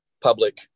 public